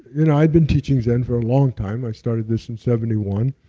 you know, i'd been teaching zen for a long time. i started this in seventy one,